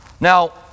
Now